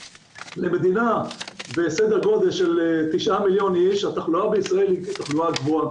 למדינה בסדר גודל של תשעה מיליון איש התחלואה בישראל היא תחלואה גבוהה.